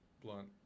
blunt